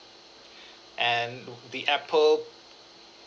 and the Apple